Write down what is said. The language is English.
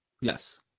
Yes